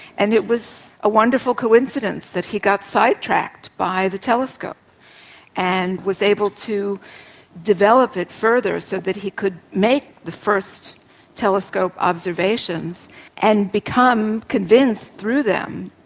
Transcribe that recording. and it was a wonderful coincidence that he got sidetracked by the telescope and was able to develop it further, so that he could make the first telescope observations and become convinced, through them,